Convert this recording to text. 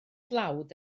dlawd